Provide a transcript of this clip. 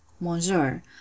Monsieur